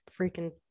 freaking